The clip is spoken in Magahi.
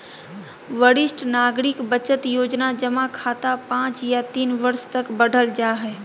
वरिष्ठ नागरिक बचत योजना जमा खाता पांच या तीन वर्ष तक बढ़ल जा हइ